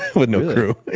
with no crew. and